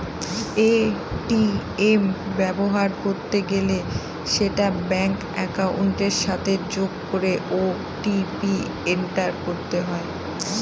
ATM ব্যবহার করতে গেলে সেটা ব্যাঙ্ক একাউন্টের সাথে যোগ করে ও.টি.পি এন্টার করতে হয়